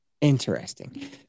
Interesting